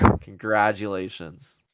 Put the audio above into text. Congratulations